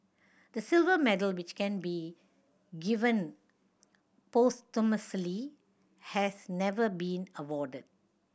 the silver medal which can be given posthumously has never been awarded